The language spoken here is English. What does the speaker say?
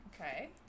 Okay